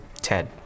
Ted